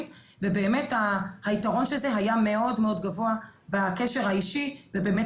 ובאמת היתרון של זה היה מאוד מאוד גבוה בקשר האישי ובאמת